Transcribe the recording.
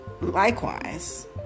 likewise